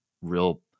real